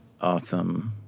Awesome